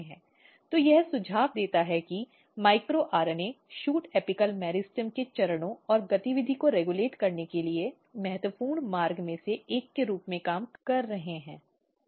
तो यह सुझाव देता है कि सूक्ष्म आरएनए शूट एपिल मेरिस्टेम में चरणों और गतिविधि को रेगुलेट करने के लिए महत्वपूर्ण मार्ग में से एक के रूप में काम कर रहे हैं